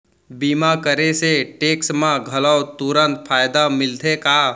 बीमा करे से टेक्स मा घलव तुरंत फायदा मिलथे का?